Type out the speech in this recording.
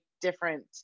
different